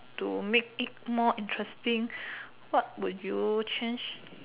to make it more interesting what would you change